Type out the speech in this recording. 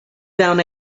down